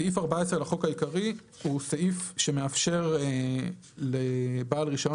סעיף 14 לחוק העיקרי הוא סעיף שמאפשר לבעל רישיון